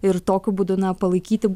ir tokiu būdu na palaikyti